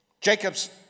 Jacob's